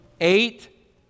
eight